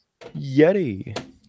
Yeti